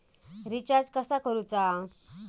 Recharge कसा करूचा?